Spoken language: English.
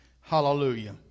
Hallelujah